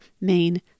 main